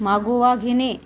मागोवा घेणे